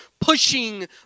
pushing